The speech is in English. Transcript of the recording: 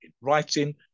writing